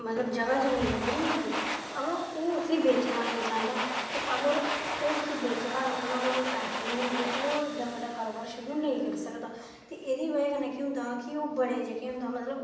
मतलब जगह् जमीन ते बड़ी होंदी अवा ओह् उसी बेचना निं चांह्दा ते अगर ओह् उसी बेचगा नेईं नुआढ़े कोल पैसे निं होंदे ओह् इन्ना बड्डा कोरोबार शुरू नेईं करी सकदा ते एह्दी बजह् कन्नै केह् होंदा कि ओह् बड़े जेह्का होंदा मतलब